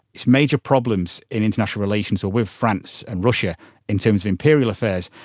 its major problems in international relations are with france and russia in terms of imperial affairs.